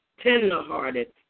tender-hearted